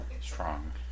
strong